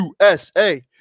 USA